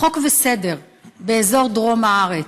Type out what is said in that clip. חוק וסדר באזור דרום הארץ.